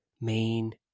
main